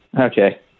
Okay